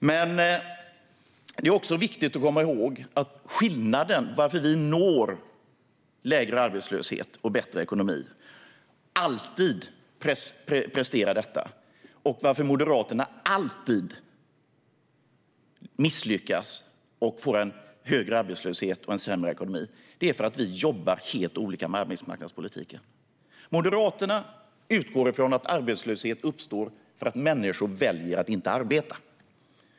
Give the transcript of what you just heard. Men det är viktigt att komma ihåg skillnaden och varför vi når lägre arbetslöshet och bättre ekonomi och alltid presterar detta och varför Moderaterna alltid misslyckas och får en högre arbetslöshet och en sämre ekonomi. Det är för att vi jobbar helt olika med arbetsmarknadspolitiken. Moderaterna utgår från att arbetslöshet uppstår för att människor väljer att inte arbeta.